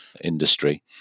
industry